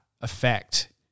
effect